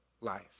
life